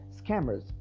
scammers